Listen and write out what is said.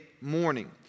morning